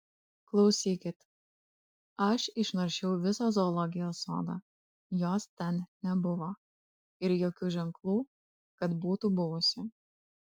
klausykit aš išnaršiau visą zoologijos sodą jos ten nebuvo ir jokių ženklų kad būtų buvusi